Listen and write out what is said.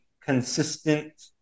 consistent